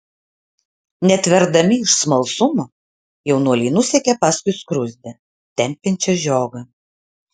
netverdami iš smalsumo jaunuoliai nusekė paskui skruzdę tempiančią žiogą